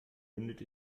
mündet